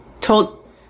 told